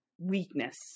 weakness